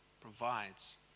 provides